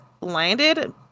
landed